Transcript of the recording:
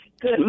Good